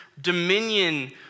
dominion